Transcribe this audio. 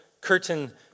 curtain